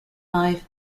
life